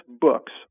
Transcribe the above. books